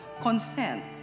consent